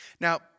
Now